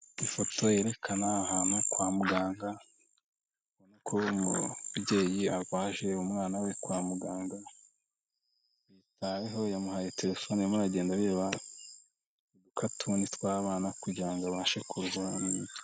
Ifoto yerekana ahantu kwa muganga, ubona ko umubyeyi arwaje umwana we kwa muganga, amwitayeho yamuhaye telefone arimo aragenda areba utukatuni tw'abana kugira ngo abashe kuruhura mu mutwe.